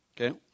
Okay